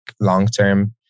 long-term